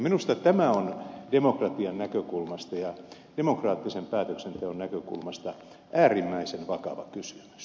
minusta tämä on demokratian näkökulmasta ja demokraattisen päätöksenteon näkökulmasta äärimmäisen vakava kysymys